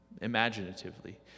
Imaginatively